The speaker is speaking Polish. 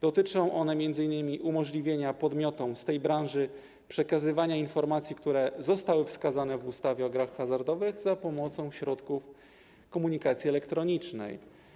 Dotyczą one m.in. umożliwienia podmiotom z tej branży przekazywania informacji, które zostały wskazane w ustawie o grach hazardowych, za pomocą środków komunikacji elektronicznej.